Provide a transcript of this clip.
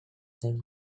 same